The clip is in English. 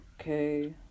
Okay